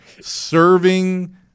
serving